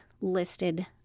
listed